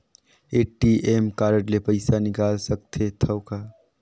ATM card ले पइसा निकाल सकथे थव कौन?